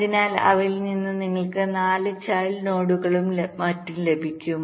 അതിനാൽ അവയിൽ നിന്ന് നിങ്ങൾക്ക് 4 ചൈൽഡ് നോഡുകളുംമറ്റും ലഭിക്കും